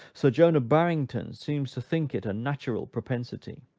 sir jonah barrington seems to think it a natural propensity.